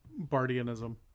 Bardianism